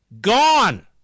gone